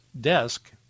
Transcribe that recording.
desk